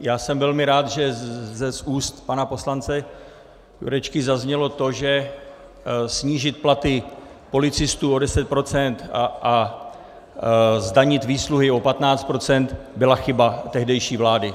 Já jsem velmi rád, že z úst pana poslance Jurečky zaznělo to, že snížit platy policistů o 10 % a zdanit výsluhy o 15 % byla chyba tehdejší vlády.